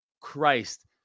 Christ